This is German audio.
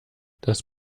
das